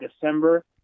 December